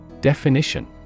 Definition